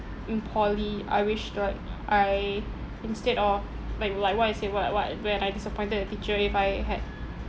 in poly I wish like I instead of like like what I said what what when I disappointed the teacher if I had